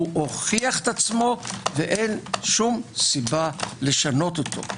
הוא הוכיח עצמו ואין שום סיבה לשנות אותו.